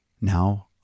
Now